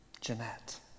Jeanette